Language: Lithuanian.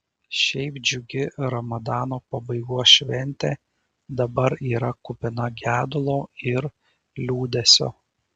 šiaip džiugi ramadano pabaigos šventė dabar yra kupina gedulo ir liūdesio